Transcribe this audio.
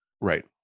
Right